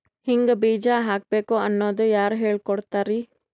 ಹಿಂಗ್ ಬೀಜ ಹಾಕ್ಬೇಕು ಅನ್ನೋದು ಯಾರ್ ಹೇಳ್ಕೊಡ್ತಾರಿ?